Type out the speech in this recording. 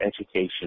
education